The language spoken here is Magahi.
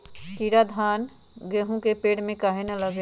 कीरा धान, गेहूं के पेड़ में काहे न लगे?